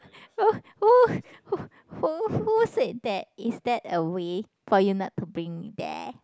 who who who who who said that is that a way for you not to bring me there